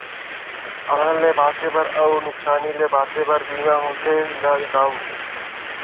अलहन ले बांचे बर अउ नुकसानी ले बांचे बर बीमा होथे गा दाऊ